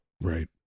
right